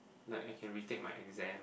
like I can retake my exam